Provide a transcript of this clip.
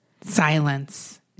Silence